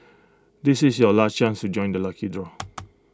this is your last chance to join the lucky draw